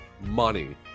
money